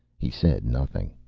he said nothing.